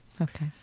Okay